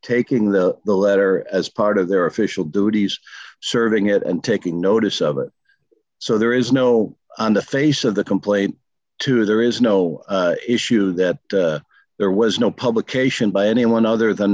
taking the the letter as part of their official duties serving it and taking notice of it d so there is no on the face of the complaint to there is no issue that there was no publication by anyone other than